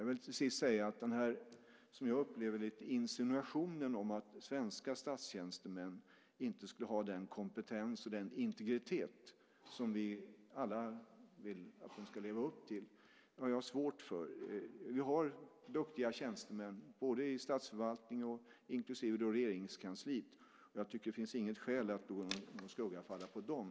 Jag vill till sist säga att jag har svårt för det jag upplever vara en insinuation om att svenska statstjänstemän inte skulle ha den kompetens och den integritet som vi alla vill att de ska leva upp till. Vi har duktiga tjänstemän i statsförvaltningen inklusive Regeringskansliet, och jag tycker att det inte finns något skäl att någon skugga ska falla på dem.